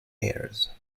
heirs